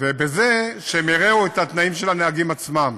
בזה שהם הרעו את התנאים של הנהגים עצמם.